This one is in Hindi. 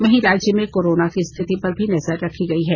वहीं राज्य में कोरोना की स्थिति पर भी नजर रखी है